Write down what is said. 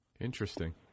Interesting